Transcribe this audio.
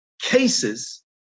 cases